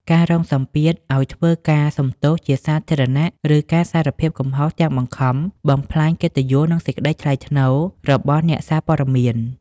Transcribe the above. ការរងសម្ពាធឱ្យធ្វើការសុំទោសជាសាធារណៈ ឬការសារភាពកំហុសទាំងបង្ខំ បំផ្លាញកិត្តិយស និងសេចក្តីថ្លៃថ្នូររបស់អ្នកសារព័ត៌មាន។